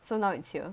so now it's here